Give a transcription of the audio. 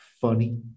Funny